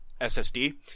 SSD